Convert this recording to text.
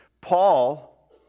Paul